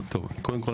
קודם כול,